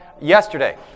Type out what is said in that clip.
Yesterday